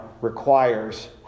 requires